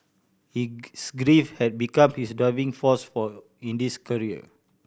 his grief had become his driving force for in his career